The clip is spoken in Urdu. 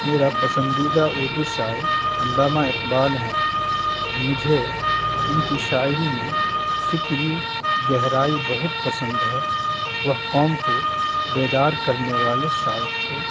میرا پسندیدہ اردو شاعر علامہ اقبال ہیں مجھے ان کی شاعری میں فکری گہرائی بہت پسند ہے وہ قوم کو بیدار کرنے والے شاعر تھے